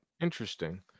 interesting